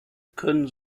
können